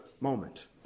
moment